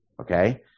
Okay